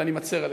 ואני מצר עליהם.